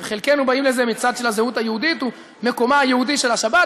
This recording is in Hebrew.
חלקנו באים לזה מצד של הזהות היהודית ומקומה היהודי של השבת,